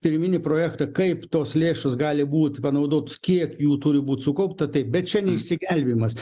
pirminį projektą kaip tos lėšos gali būt panaudotos kiek jų turi būti sukaupta taip bet čia ne išsigelbėjimas